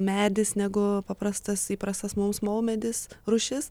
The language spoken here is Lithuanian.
medis negu paprastas įprastas mums maumedis rūšis